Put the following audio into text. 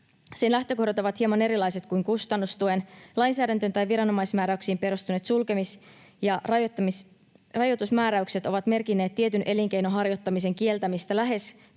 Sen lähtökohdat ovat hieman erilaiset kuin kustannustuen. Lainsäädäntöön tai viranomaismääräyksiin perustuneet sulkemis‑ ja rajoitusmääräykset ovat merkinneet tietyn elinkeinon harjoittamisen kieltämistä lähes